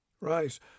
Right